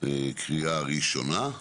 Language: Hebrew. קריאה ראשונה.